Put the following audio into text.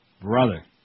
Brother